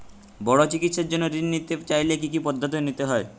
বড় চিকিৎসার জন্য ঋণ নিতে চাইলে কী কী পদ্ধতি নিতে হয়?